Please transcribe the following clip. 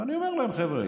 ואני אומר להם: חבר'ה,